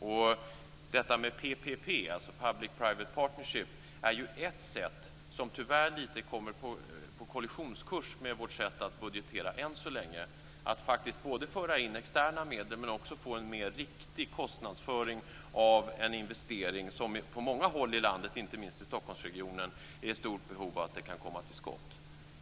Och detta med PPP, dvs. Public Private Partnership, är ju ett sätt som tyvärr lite grann kommer på kollisionskurs med vårt sätt att budgetera än så länge, att faktiskt både föra in externa medel men också få en mer riktig kostnadsföring av en investering som man på många håll i landet, inte minst i Stockholmsregionen, är i stort behov av kan komma till skott.